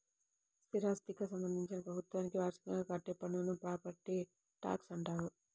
స్థిరాస్థికి సంబంధించి ప్రభుత్వానికి వార్షికంగా కట్టే పన్నును ప్రాపర్టీ ట్యాక్స్గా అంటారు